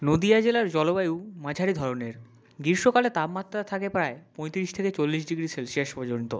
নদীয়া জেলার জলবায়ু মাঝারি ধরনের গ্রীষ্মকালে তাপমাত্রা থাকে প্রায় পঁয়তিরিশ থেকে চল্লিশ ডিগ্রি সেলসিয়াস পর্যন্ত